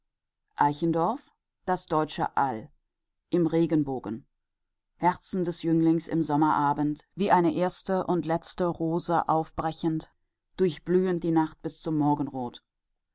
eichendorff das deutsche all im regenbogen herz des jünglings im sommerabend wie eine erste und letzte rose ausbrechend durchblühend die nacht bis zum morgenrot